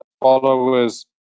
followers